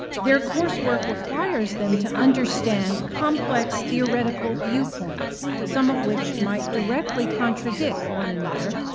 their course work requires them to understand complex theoretical viewpoints, some of which might directly contradict one another,